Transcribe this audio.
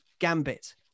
gambit